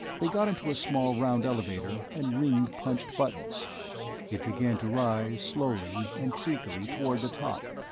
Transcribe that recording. they got into a small round elevator and ringg punched buttons it began to rise, slowly and creakily, toward the top.